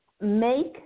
make